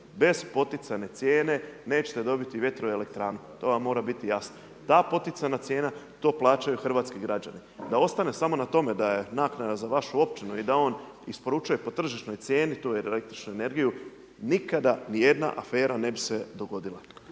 Bez poticajne cijene nećete dobiti vjetroelektranu. Ta poticajna cijena, to plaćaju hrvatski građani. Da ostane samo na tome da je naknada za vašu općinu i da on isporučuje po tržišnoj cijeni tu električnu energiju, nikada ni jedna afera ne bi se dogodila.